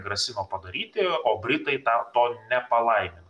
grasino padaryti o britai tą to nepalaimino